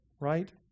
right